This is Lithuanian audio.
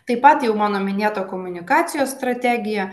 taip pat jau mano minėta komunikacijos strategija